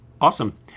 awesome